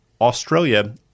Australia